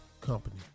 company